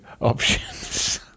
options